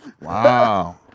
Wow